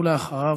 ואחריו,